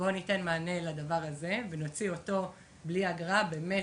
בואו ניתן מענה לדבר הזה ונוציא אותו בלי אגרה באמת,